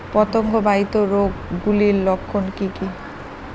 পতঙ্গ বাহিত রোগ গুলির লক্ষণ কি কি?